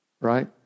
right